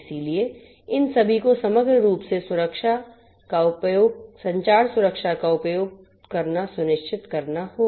इसलिए इन सभी को समग्र रूप से संचार सुरक्षा का उपयोग करना सुनिश्चित करना होगा